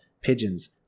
pigeons